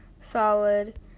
solid